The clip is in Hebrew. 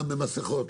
לא מספיק סמכויות,